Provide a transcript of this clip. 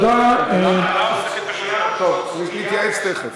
טוב, תכף נתייעץ.